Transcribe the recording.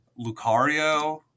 lucario